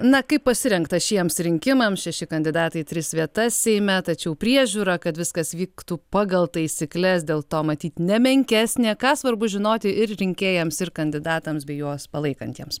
na kaip pasirengta šiems rinkimams šeši kandidatai tris vietas seime tačiau priežiūra kad viskas vyktų pagal taisykles dėl to matyt nemenkesnė ką svarbu žinoti ir rinkėjams ir kandidatams bei juos palaikantiems